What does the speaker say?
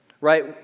right